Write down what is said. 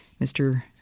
Mr